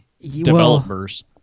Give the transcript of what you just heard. Developers